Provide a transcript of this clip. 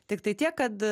tiktai tiek kad